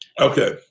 Okay